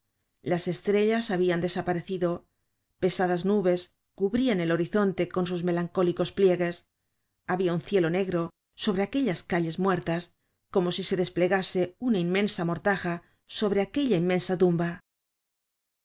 las estrellas habian desaparecido pesadas nubes cubrian el horizonte con sus melancólicos pliegues habia un cielo negro sobre aquellas calles muertas como si se desplegase una inmensa mortaja sobre aquella inmensa tumba